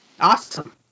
Awesome